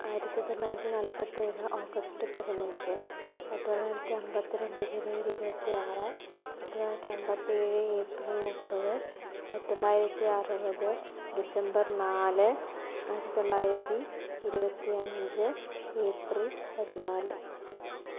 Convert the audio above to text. ആയിരത്തി തൊള്ളായിരത്തി നാല്പത്തിയേഴ് ഓഗസ്റ്റ് പതിനഞ്ച് ആയിരത്തിതൊള്ളായിരത്തി അമ്പത്തിരണ്ട് ജനുവരി ഇരുപത്തിയാറ് ആയിരത്തി തൊള്ളായിരത്തി അമ്പത്തിയേഴ് ഏപ്രിൽ മുപ്പത് ആയിരത്തി തൊള്ളായിരത്തി അറുപത് ഡിസംബർ നാല് ആയിരത്തി തൊള്ളായിരത്തി ഇരുപത്തി അഞ്ച് ഏപ്രിൽ പതിനാല്